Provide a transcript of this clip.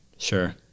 Sure